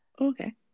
Okay